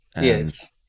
yes